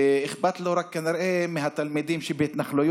כנראה שאכפת לו רק מהתלמידים בהתנחלויות,